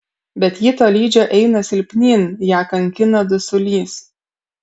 bet ji tolydžio eina silpnyn ją kankina dusulys